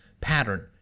pattern